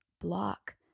block